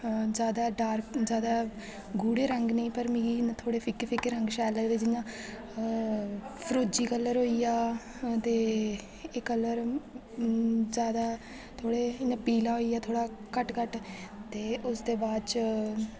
ज्यादा डार्क ज्यादा गूढ़े रंग नेईं पर मिगी थोह्ड़े फिक्के फिक्के रंग शैल लगदे जियां फरोजी कलर होई गेआ ते एह् कलर ज्यादा थोह्ड़े जि'यां पीला होई गेआ थोह्ड़ा घट्ट घट्ट ते उसदे बाद च